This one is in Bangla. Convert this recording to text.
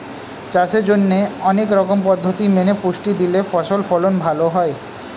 চাষের জন্যে অনেক রকম পদ্ধতি মেনে পুষ্টি দিলে ফসল ফলন ভালো হয়